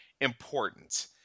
important